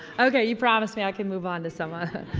ok, you promised me, i can move on to someone.